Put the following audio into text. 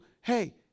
hey